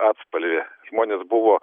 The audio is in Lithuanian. atspalvį žmonės buvo